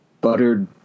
buttered